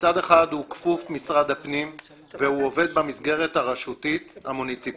שמצד אחד הוא כפוף למשרד הפנים והוא עובד במסגרת הרשותית המוניציפאלית,